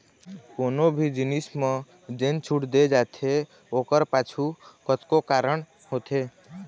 कोनो भी जिनिस म जेन छूट दे जाथे ओखर पाछू कतको कारन होथे